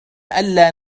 ألّا